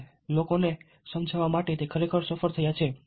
જે લોકોને સમજાવવા માટે તે ખરેખર સફળ થયા છે